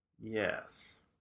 yes